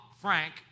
Frank